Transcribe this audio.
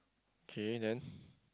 okay then